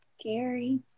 scary